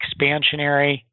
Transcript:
expansionary